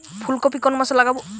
ফুলকপি কোন মাসে লাগাবো?